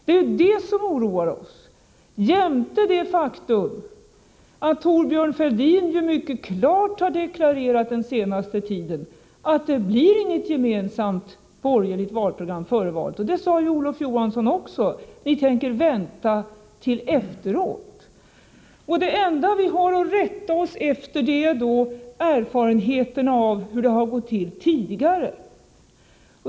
Det är det som oroar oss, jämte det faktum att Thorbjörn Fälldin den senaste tiden mycket klart deklarerat att det inte blir något gemensamt borgerligt valprogram före valet — det sade ju Olof Johansson också; ni tänker ju vänta till efteråt. Det enda vi då har att rätta oss efter är erfarenheterna av hur det har gått till tidigare.